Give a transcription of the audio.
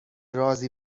رازی